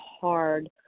hard